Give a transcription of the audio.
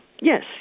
Yes